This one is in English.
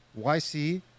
YC